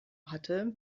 hatte